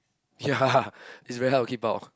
ya it's very hard to keep out